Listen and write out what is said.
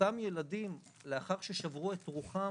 אותם ילדים לאחר ששברו את רוחם,